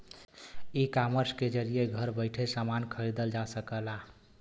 ecommerce के जरिये घर बैइठे समान खरीदल जा सकला